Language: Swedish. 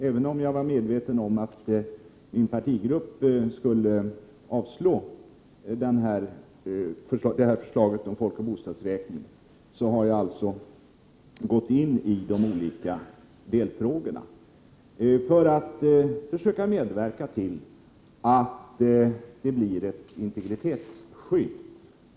Även om jag var medveten om att min partigrupp skulle avstyrka förslaget om folkoch bostadsräkningen, har jag gått in i de olika delfrågorna för att försöka medverka till att det skapas ett integritetsskydd.